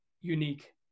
unique